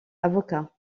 avocat